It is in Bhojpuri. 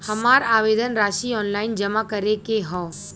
हमार आवेदन राशि ऑनलाइन जमा करे के हौ?